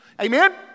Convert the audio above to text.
Amen